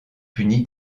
puni